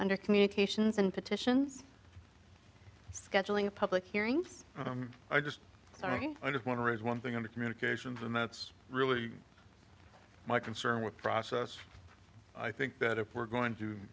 under communications and petitions scheduling a public hearings i just want to raise one thing on the communications and that's really my concern with process i think that if we're going to